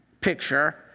picture